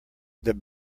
that